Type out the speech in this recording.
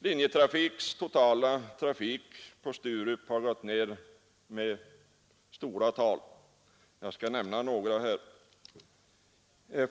Linjeflygs totala trafik på Sturup har gått ned med stora tal.